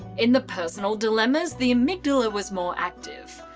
in the personal dilemmas, the amygdala was more active.